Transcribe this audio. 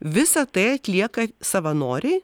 visą tai atlieka savanoriai